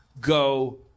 go